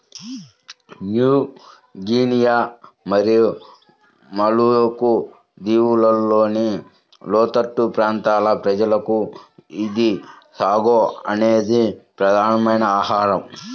new Guinea మరియు Maluku దీవులలోని లోతట్టు ప్రాంతాల ప్రజలకు ఇది సాగో అనేది ప్రధానమైన ఆహారం